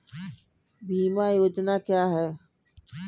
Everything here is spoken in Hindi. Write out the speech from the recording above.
बीमा योजना क्या है?